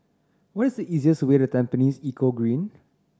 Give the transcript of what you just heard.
what is the easiest way to Tampines Eco Green